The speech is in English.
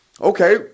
okay